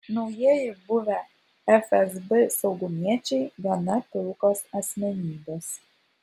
naujieji buvę fsb saugumiečiai gana pilkos asmenybės